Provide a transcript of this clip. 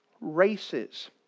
races